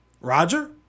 Roger